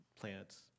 plants